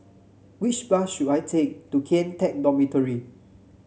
which bus should I take to Kian Teck Dormitory